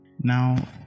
now